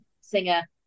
singer